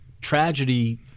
tragedy